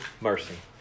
Mercy